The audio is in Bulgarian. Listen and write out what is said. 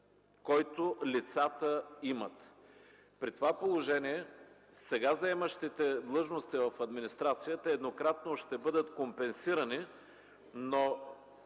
който лицата имат. При това положение сега заемащите длъжности в администрацията еднократно ще бъдат компенсирани, но